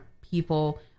people